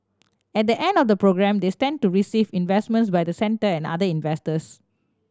at the end of the programme they stand to receive investments by the centre and other investors